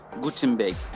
Gutenberg